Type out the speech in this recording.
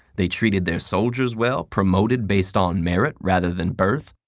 they treated their soldiers well, promoted based on merit, rather than birth,